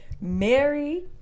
Mary